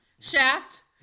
Shaft